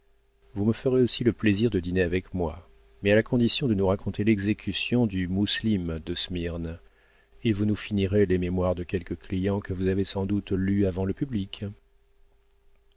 vous me ferez aussi le plaisir de dîner avec moi mais à la condition de nous raconter l'exécution du moucelim de smyrne et vous nous finirez les mémoires de quelque client que vous avez sans doute lus avant le public